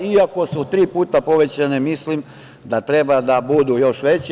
Iako su tri puta povećane, mislim da treba da budu još veće.